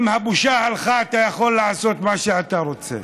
אם הבושה הלכה, אתה יכול לעשות מה שאתה רוצה.